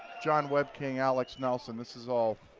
jon wepking, alex nelson this is all